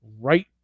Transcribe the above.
Right